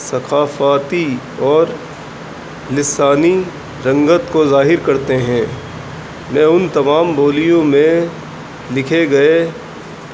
ثقافتی اور لسانی رنگت کو ظاہر کرتے ہیں میں ان تمام بولیوں میں لکھے گئے